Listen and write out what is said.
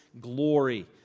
glory